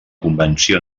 convenció